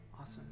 awesome